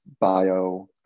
bio